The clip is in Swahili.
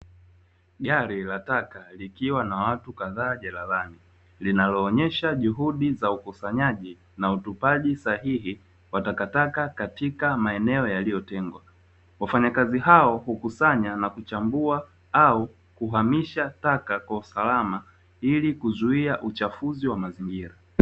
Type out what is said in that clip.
Gari la taka likiwa na watu kadhaa jalalani, linaloonyesha juhudi za ukusanyaji na utupaji sahihi wa takataka katika maeneo yaliyotengwa. Wafanyakazi hao hukusanya na kuchambua au kuhamisha taka kwa usalama, ili kuzuia uchafuzi wa mazingira.